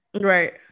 right